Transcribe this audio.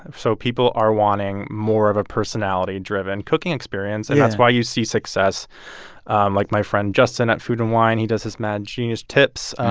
so people are wanting more of a personality-driven cooking experience yeah and that's why you see success and like my friend justin at food and wine. he does his mad genius tips.